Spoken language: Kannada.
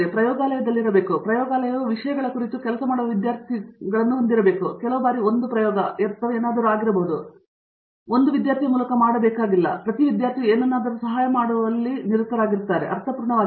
ಅವರು ಪ್ರಯೋಗಾಲಯದಲ್ಲಿರಬೇಕು ಮತ್ತು ಪ್ರಯೋಗಾಲಯವು ವಿಷಯಗಳ ಕುರಿತು ಕೆಲಸ ಮಾಡುವ ವಿದ್ಯಾರ್ಥಿಗಳಿಗೆ ಹೊಂದಿರಬೇಕು ಕೆಲವು ಬಾರಿ 1 ಪ್ರಯೋಗ ಅಥವಾ ಅದು ಏನಾದರೂ ಆಗಿರಬಹುದು ಇದು 1 ವಿದ್ಯಾರ್ಥಿಯ ಮೂಲಕ ಮಾಡಬೇಕಾಗಿಲ್ಲ ಎಂದರೆ ಪ್ರತಿ ವಿದ್ಯಾರ್ಥಿಯು ಏನನ್ನಾದರೂ ಸಹಾಯ ಮಾಡುವಲ್ಲಿ ಸಹಾಯ ಮಾಡುವವನಾಗಿರುತ್ತಾನೆ ಅದು ಅರ್ಥಪೂರ್ಣವಾಗಿದೆ